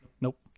Nope